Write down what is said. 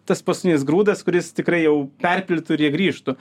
tas paskutinis grūdas kuris tikrai jau perpildytų ir jie grįžtų